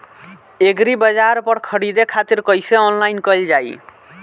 एग्रीबाजार पर खरीदे खातिर कइसे ऑनलाइन कइल जाए?